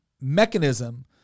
mechanism